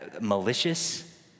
Malicious